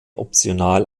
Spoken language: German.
optional